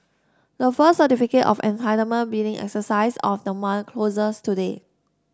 the first Certificate of Entitlement bidding exercise of the month closes today